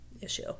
issue